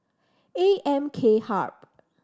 A M K Hub